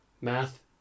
Math